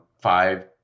five